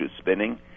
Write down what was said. spinning